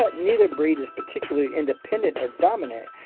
ah neither breed is particularly independent or dominant,